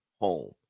home